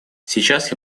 сейчас